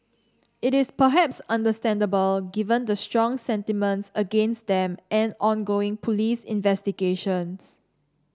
it is perhaps understandable given the strong sentiments against them and ongoing police investigations